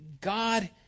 God